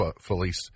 Felice